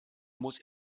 muss